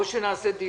או שנקיים דיון,